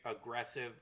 aggressive